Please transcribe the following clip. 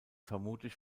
vermutlich